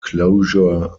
closure